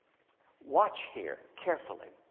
watch here carefully.